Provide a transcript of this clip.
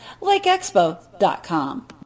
lakeexpo.com